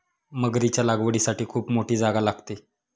मगरीच्या लागवडीसाठी खूप मोठी जागा लागते